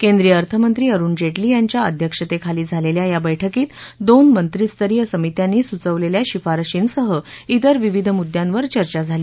केंद्रीय अर्थमंत्री अरुण जेटली यांच्या अध्यक्षते खाली झालेल्या या बैठकीत दोन मंत्रीस्तरीय संमित्यांनी सुचवलेल्या शिफारशींसह इतर विविध मुद्द्यांवर चर्चा झाली